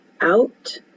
out